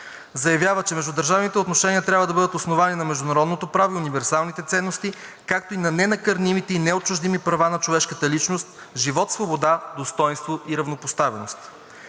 Заявява, че междудържавните отношения трябва да бъдат основани на международното право и универсалните ценности, както и на ненакърнимите и неотчуждими права на човешката личност – живот, свобода, достойнство и равнопоставеност;